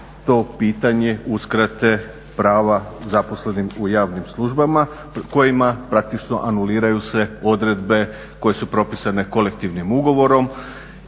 to pitanje uskrate prava zaposlenim u javnim službama kojima praktički anuliraju se odredbe koje su propisane kolektivnim ugovorom